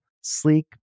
sleek